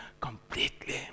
completely